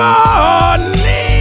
Morning